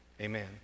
amen